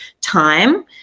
time